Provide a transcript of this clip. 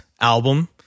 album